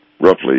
roughly